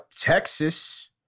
Texas